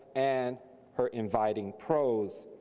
and her inviting prose.